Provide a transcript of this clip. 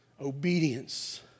Obedience